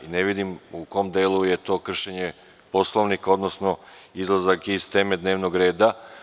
Ne vidim u kom delu je to kršenje Poslovnika, odnosno izlazak iz teme dnevnog reda.